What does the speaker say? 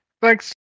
Thanks